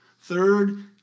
Third